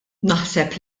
naħseb